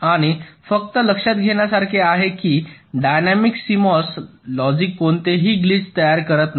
आणि फक्त लक्षात घेण्यासारखे आहे की डायनॅमिक CMOS लॉजिक कोणतेही ग्लिच तयार करत नाही